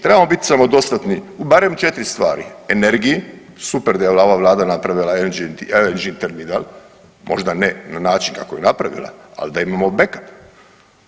Trebamo bit samodostatni barem u 4 stvari, energiji, super da je ova vlada napravila LNG terminal, možda ne na način da je napravila, ali da imamo back up.